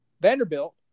Vanderbilt